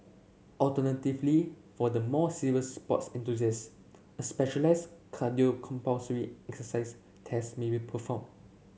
alternatively for the more serious sports enthusiast a specialised cardiopulmonary exercise test may be performed